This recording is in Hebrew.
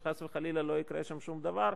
כדי שחס וחלילה לא יקרה שם שום דבר,